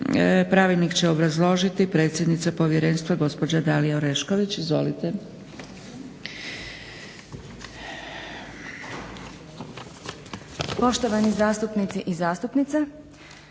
Pravilnik će obrazložiti predsjednica povjerenstva gospođa Dalija Orešković. Izvolite. **Orešković, Dalija (Stranka